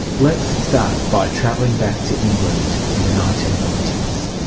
let's start by travelling back to england in the nineteen ninety s,